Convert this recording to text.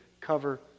cover